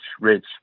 rich